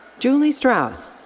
julie strauss.